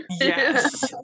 Yes